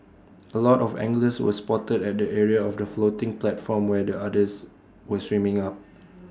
A lot of anglers were spotted at the area of the floating platform where the otters were swimming up